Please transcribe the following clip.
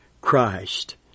Christ